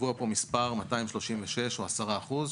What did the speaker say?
קבוע כאן מספר 236 או 10 אחוזים.